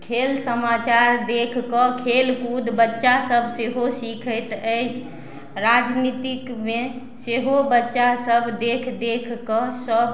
खेल समाचार देख कऽ खेलकूद बच्चा सब सेहो सीखैत अछि राजनीतिकमे सेहो बच्चा सब देख देख कऽ सब